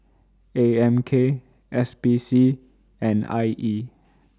A M K S P C and I E